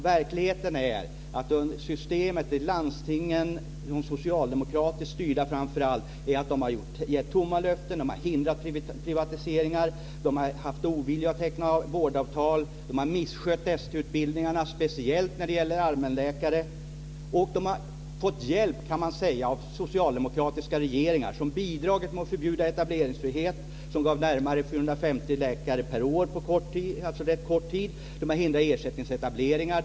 Verkligheten är att landstingen - framför allt de socialdemokratiskt styrda - har gett tomma löften, hindrat privatiseringar, visat ovilja mot att teckna vårdavtal och misskött ST-utbildningarna speciellt när det gäller allmänläkare. De har fått hjälp, kan man säga, av socialdemokratiska regeringar som bidragit med att förbjuda etableringsfrihet, som gav närmare 450 läkare per år på rätt kort tid. De har hindrat ersättningsetableringar.